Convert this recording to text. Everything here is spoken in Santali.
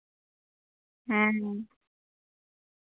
ᱦᱮᱸ